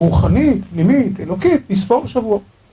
רוחנית, פנימית, אלוקית, נספור שבוע